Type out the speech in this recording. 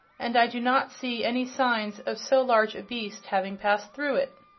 and i do not see any signs of so large a beast having passed through it.